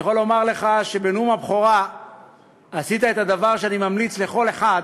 אני יכול לומר לך שבנאום הבכורה עשית את הדבר שאני ממליץ לכל אחד